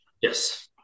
Yes